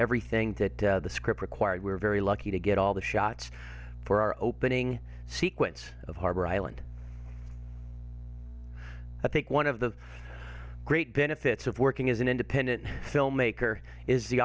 everything that the script required were very lucky to get all the shots for our opening sequence of harbor island i think one of the great benefits of working as an independent filmmaker is the